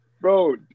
Bro